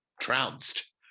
trounced